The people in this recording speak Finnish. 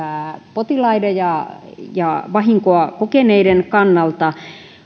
potilaiden ja ja vahinkoa kokeneiden kannalta